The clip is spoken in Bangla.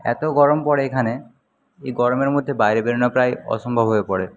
এত গরম পড়ে এখানে এই গরমের মধ্যে বাইরে বেরোনো প্রায় অসম্ভব হয়ে পড়ে